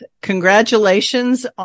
congratulations